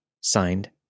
signed